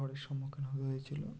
ঝড়ের সম্মুখীন হতে হয়েছিলো